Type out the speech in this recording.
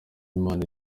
imana